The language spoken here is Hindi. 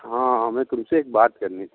हाँ हमें तुमसे एक बात करनी थी